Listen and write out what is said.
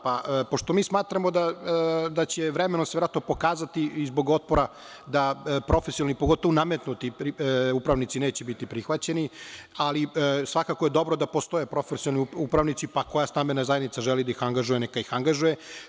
Pošto mi smatramo da će se vremenom pokazati i zbog otpora da profesionalni, pogotovo nametnuti upravnici neće biti prihvaćeni, ali svakako je dobro da postoje profesionalni upravnici, pa koja stambena zajednica želi da ih angažuje, neka ih angažuje.